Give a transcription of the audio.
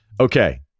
Okay